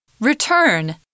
Return